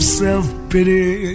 self-pity